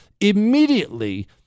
immediately